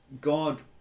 God